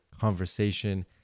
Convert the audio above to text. conversation